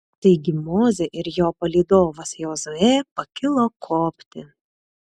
taigi mozė ir jo palydovas jozuė pakilo kopti